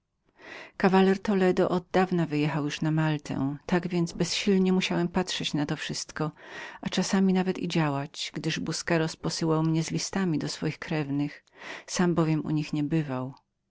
kawaler toledo oddawna wyjechał już był na maltę tak więc bezwładnie musiałem patrzyć się na wszystko a czasami nawet i działać gdyż burqueros posyłał mnie z listami do swoich krewnych sam bowiem nigdy u nich